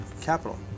Capital